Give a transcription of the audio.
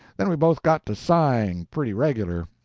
then we both got to sighing pretty regular.